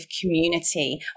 community